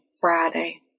Friday